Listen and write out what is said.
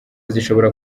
zishobora